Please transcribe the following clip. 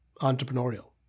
entrepreneurial